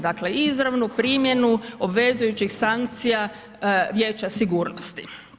Dakle, izravnu primjenu obvezujućih sankcija Vijeća sigurnosti.